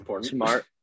smart